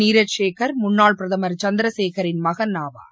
நீரஜ் ஷேகர் முன்னாள் பிரதமர் சந்திரசேகரின் மகன் ஆவார்